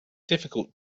difficult